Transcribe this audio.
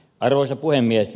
arvoisa puhemies